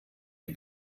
die